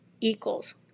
equals